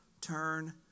turn